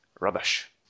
rubbish